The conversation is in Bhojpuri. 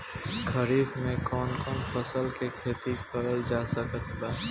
खरीफ मे कौन कौन फसल के खेती करल जा सकत बा?